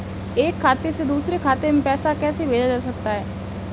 एक खाते से दूसरे खाते में पैसा कैसे भेजा जा सकता है?